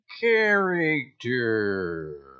character